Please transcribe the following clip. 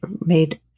made